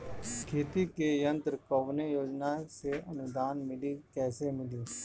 खेती के यंत्र कवने योजना से अनुदान मिली कैसे मिली?